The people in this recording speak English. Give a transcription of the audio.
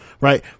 right